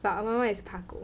but 我妈妈也是怕狗